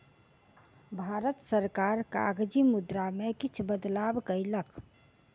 भारत सरकार कागजी मुद्रा में किछ बदलाव कयलक